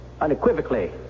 Unequivocally